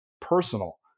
personal